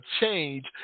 change